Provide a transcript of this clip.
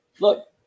Look